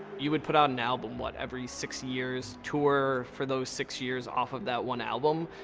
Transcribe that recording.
you would put out an album, what, every six years, tour for those six years, off of that one album,